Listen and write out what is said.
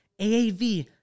AAV